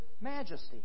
majesty